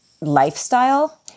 lifestyle